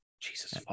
Jesus